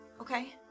Okay